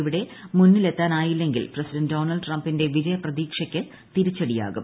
ഇവിടെ മുന്നിലെത്താനായില്ലെങ്കിൽ president Donald ട്രംപിന്റെ വിജയപ്രതീക്ഷയ്ക്ക് തിരിച്ചടിയാവും